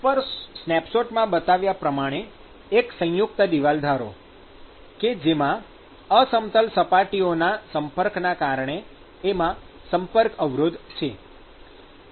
ઉપર સ્નેપશૉટમાં બતાવ્યા પ્રમાણે એક સંયુક્ત દિવાલ ધારો કે જેમાં અસમતલ સપાટીઓના સંપર્કના કારણે એમાં "સંપર્ક અવરોધ" છે